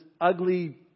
ugly